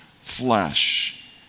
flesh